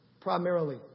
primarily